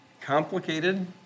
complicated